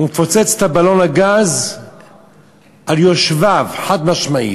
הוא מפוצץ את בלון הגז על יושבי הבית, חד-משמעית.